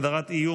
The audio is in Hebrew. הגדרת איום),